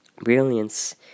brilliance